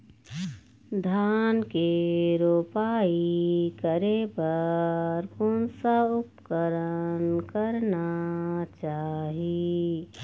धान के रोपाई करे बर कोन सा उपकरण करना चाही?